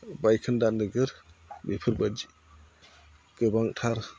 बायखोन्दा नोगोर बेफोरबायदि गोबांथार